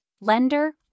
lender